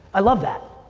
i love that.